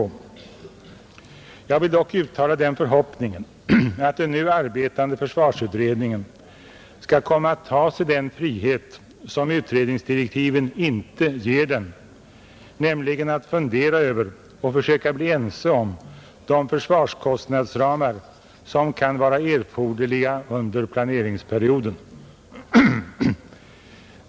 Jag vill dock uttala den förhoppningen att den nu arbetande försvarsutredningen skall komma att ta sig den frihet som utredningsdirektiven inte ger den, nämligen att fundera över och försöka bli ense om de försvarskostnadsramar som kan vara erforderliga under planeringsperioden.